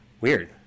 Weird